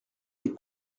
les